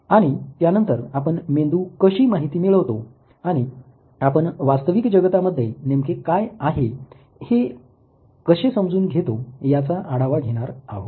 आणि त्यानंतर आपण मेंदू कशी माहिती मिळवितो आणि आपण वास्तविक जगतामध्ये नेमके काय आहे हे कसे समजून घेतो याचा आढावा घेणार आहोत